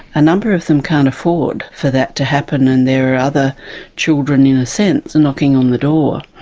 a number of them can't afford for that to happen, and there are other children in a sense and knocking on the door.